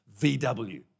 VW